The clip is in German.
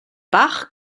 bach